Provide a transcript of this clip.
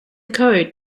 code